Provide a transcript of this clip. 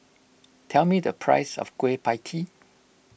tell me the price of Kueh Pie Tee